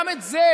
גם את זה,